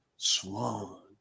Swan